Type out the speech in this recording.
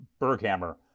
Berghammer